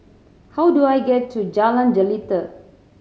how do I get to Jalan Jelita